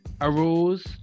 arose